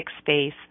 space